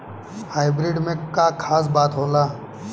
Hybrid में का खास बात होला?